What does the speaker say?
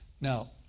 Now